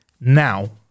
Now